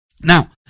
Now